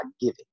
giving